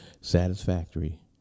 satisfactory